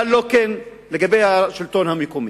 אבל לא כן לגבי השלטון המקומי.